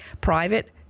Private